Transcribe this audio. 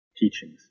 Teachings